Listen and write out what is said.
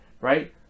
right